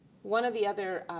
one of the other